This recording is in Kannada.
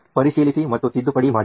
ಪರಿಶೀಲಿಸಿ ಮತ್ತು ತಿದ್ದುಪಡಿ ಮಾಡಿ